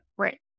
Right